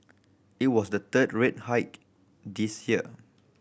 it was the third rate hike this year